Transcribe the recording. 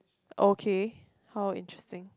okay how interesting